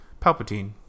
palpatine